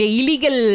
illegal